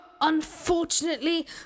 unfortunately